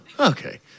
Okay